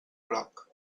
groc